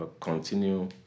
continue